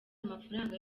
amafaranga